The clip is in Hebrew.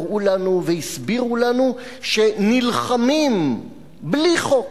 וקראו לנו והסבירו לנו שנלחמים בלי חוק.